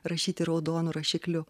rašyti raudonu rašikliu